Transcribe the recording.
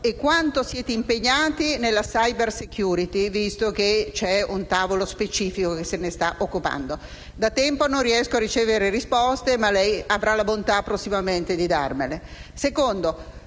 e quanto siete impegnati sulla *cybersecurity,* visto che c'è un tavolo specifico che ne se ne sta occupando. Da tempo non riesco a ricevere risposte ma lei prossimamente avrà la bontà di darmele.